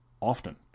often